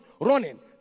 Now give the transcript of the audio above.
running